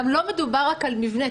גם לא מדובר רק על מבנה.